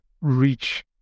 reach